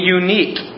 unique